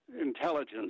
intelligence